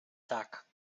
tak